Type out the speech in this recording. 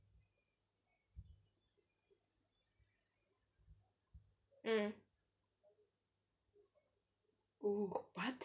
mm oo what